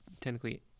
technically